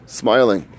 smiling